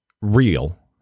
real